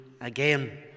again